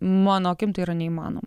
mano akim tai yra neįmanoma